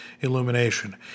illumination